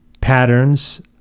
patterns